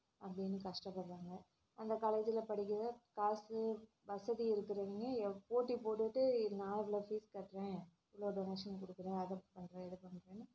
அப்படின்னு கஷ்டப்படுறாங்க அந்த காலேஜில் படிக்கவே காசு வசதி இருக்கிறவிங்க எவ் போட்டி போட்டுகிட்டு நான் இவ்வளோ ஃபீஸ் கட்டுறேன் இவ்வளோ டொனேஷன் கொடுக்கறேன் அதை பண்ணுறேன் இதை பண்ணுறேன்னு